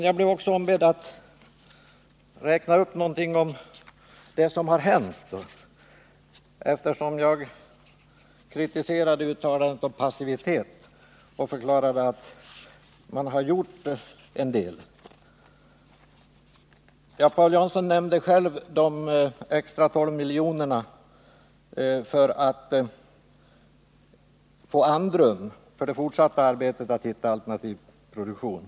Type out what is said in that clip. Jag blev även ombedd att räkna upp någonting av vad som har hänt, eftersom jag kritiserade uttalandet om passivitet och förklarade att man har gjort en del. Paul Jansson nämnde själv de extra 12 miljonerna som skall göra att man får andrum i det fortsatta arbetet på att hitta alternativ produktion.